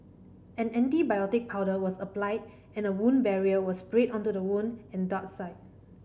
an antibiotic powder was applied and a wound barrier was sprayed onto the wound and dart site